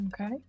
okay